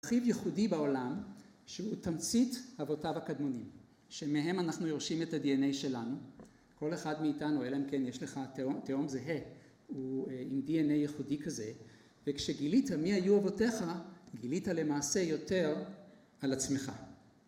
מרחיב ייחודי בעולם שהוא תמצית אבותיו הקדמונים, שמהם אנחנו יורשים את ה-DNA שלנו. כל אחד מאיתנו, אלא אם כן, יש לך תאום זהה עם DNA ייחודי כזה. וכשגילית מי היו אבותיך, גילית למעשה יותר על עצמך.